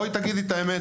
תגידי את האמת